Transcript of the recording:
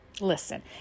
listen